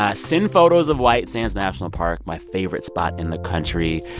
ah send photos of white sands national park, my favorite spot in the country.